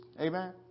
Amen